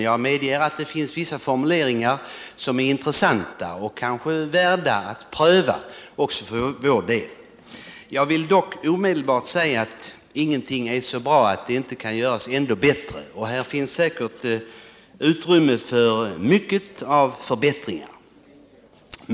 Jag medger att det finns formuleringar som är intressanta och kanske värda att pröva också för vår del. Jag vill dock omedelbart säga att ingenting är så bra att det inte kan göras ännu bättre, och här finns säkert utrymme för mycket av förbättringar.